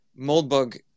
Moldbug